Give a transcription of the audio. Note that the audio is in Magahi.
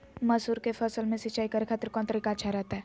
मसूर के फसल में सिंचाई करे खातिर कौन तरीका अच्छा रहतय?